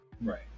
Right